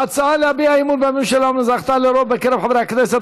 ההצעה להביע אי-אמון בממשלה אומנם זכתה לרוב בקרב חברי הכנסת